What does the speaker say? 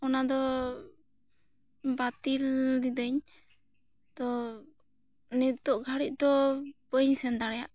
ᱚᱱᱟ ᱫᱚ ᱵᱟ ᱛᱤᱞ ᱞᱤᱫᱟᱹᱧ ᱛᱚ ᱱᱤᱛᱚᱜ ᱜᱷᱟᱹᱲᱤ ᱫᱚ ᱵᱟᱹᱧ ᱥᱮᱱ ᱫᱟᱲᱮᱭᱟᱜ ᱠᱟᱱᱟ